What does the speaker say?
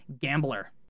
Gambler